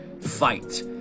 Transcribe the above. fight